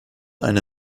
eine